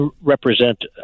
represent